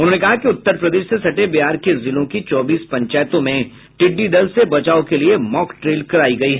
उन्होंने कहा कि उत्तर प्रदेश से सटे बिहार के जिलों की चौबीस पंचायतों में टिड्डी दल से बचाव के लिये मॉक ड्रिल करायी गयी